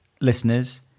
Listeners